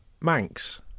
Manx